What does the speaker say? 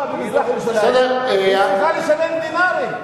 במזרח-ירושלים היא צריכה לשלם דינרים.